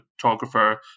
photographer